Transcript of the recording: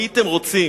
הייתם רוצים